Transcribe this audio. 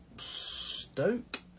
Stoke